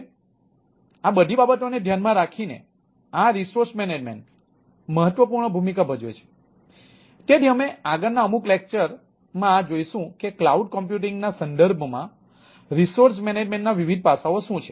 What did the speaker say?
તેથી આ બધી બાબતોને ધ્યાનમાં રાખીને આ રિસોર્સ મેનેજમેન્ટના વિવિધ પાસાઓ શું છે